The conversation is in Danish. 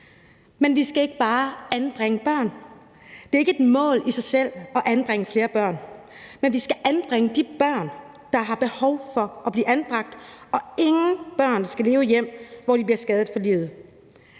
Men vi skal ikke bare anbringe børn. Det er ikke et mål i sig selv at anbringe flere børn. Men vi skal anbringe de børn, der har behov for at blive anbragt, og ingen børn skal leve i hjem, hvor de bliver skadet for livet.